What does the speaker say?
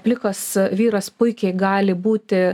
plikas vyras puikiai gali būti